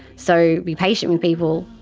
so be patient with people,